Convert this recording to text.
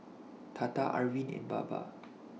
Tata Arvind and Baba